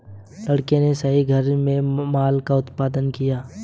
लड़के ने सही घर में माल का उत्पादन किया